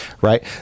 right